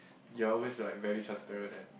you're always like very transparent and